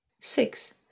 Six